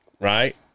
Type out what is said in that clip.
Right